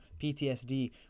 ptsd